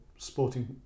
sporting